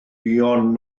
buon